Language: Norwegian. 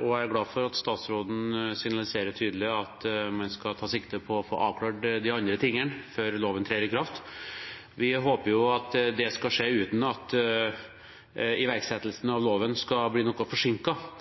og jeg er glad for at statsråden signaliserer tydelig at man skal ta sikte på å få avklart de andre tingene før loven trer i kraft. Vi håper at det skal skje uten at iverksettelsen av loven skal bli noe